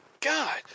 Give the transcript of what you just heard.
God